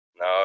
No